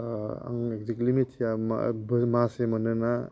आं एगजेक्टलि मिथिया मासै मोनो ना